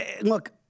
Look